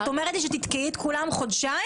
את אומרת לי שתתקעי את כולם חודשיים?